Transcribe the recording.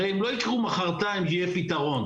הרי הם לא יקרו מחרתיים ויהיה פתרון.